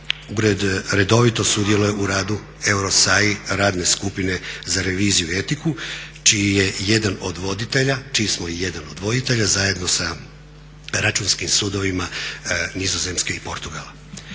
ured redovito sudjeluje u radu EUROSAI radne skupine za reviziju i etiku čiji je jedan od voditelja, čiji smo i jedan od voditelja zajedno sa Računskim sudovima Nizozemske i Portugala.